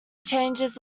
changes